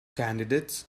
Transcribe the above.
candidates